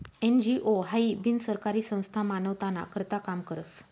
NGO हाई बिनसरकारी संस्था मानवताना करता काम करस